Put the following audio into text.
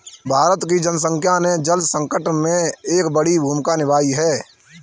भारत की जनसंख्या ने जल संकट में एक बड़ी भूमिका निभाई है